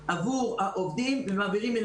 לעובדים.